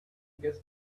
guess